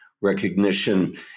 recognition